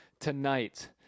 tonight